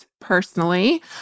personally